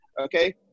okay